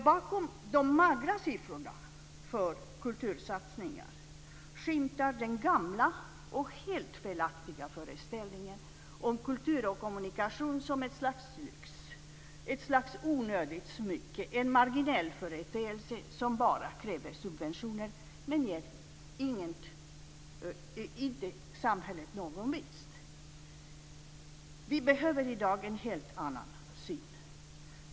Bakom de magra siffrorna för kultursatsningar skymtar den gamla och helt felaktiga föreställningen om kultur och kommunikation som ett slags lyx, ett slags onödigt smycke, en marginell företeelse som bara kräver subventioner men inte ger samhället någon vinst. Vi behöver i dag en helt annan syn.